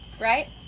Right